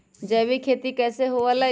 जैविक खेती कैसे हुआ लाई?